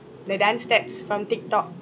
the dance steps from tiktok